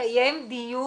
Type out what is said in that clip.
נקיים דיון.